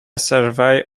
survey